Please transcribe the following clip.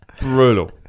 Brutal